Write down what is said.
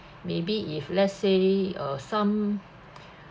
maybe if let's say uh some